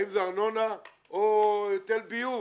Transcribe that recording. האם זה ארנונה או היטל ביוב.